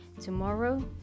Tomorrow